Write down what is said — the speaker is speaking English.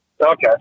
Okay